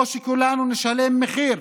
או שכולנו נשלם מחיר,